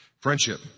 Friendship